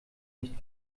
nicht